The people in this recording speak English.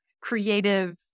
creative